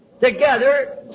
together